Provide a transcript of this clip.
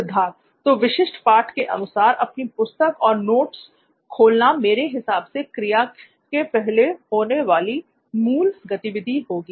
सिद्धार्थ तो विशिष्ट पाठ के अनुसार अपनी पुस्तक और नोट्स खोलना मेरे हिसाब से क्रिया के "पहले" होने वाली मूल गतिविधि होगी